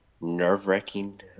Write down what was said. nerve-wracking